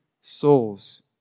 souls